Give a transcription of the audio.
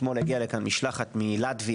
אתמול הגיעה לפה משלחת מלטביה,